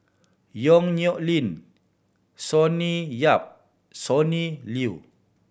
Yong Nyuk Lin Sonny Yap Sonny Liew